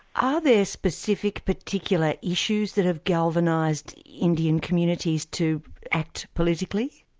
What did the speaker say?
are there specific particular issues that have galvanised indian communities to act politically?